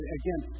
again